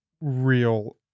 real